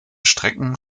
strecken